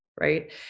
right